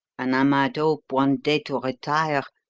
and i might hope one day to retire.